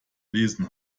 lesen